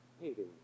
Hating